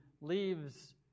leaves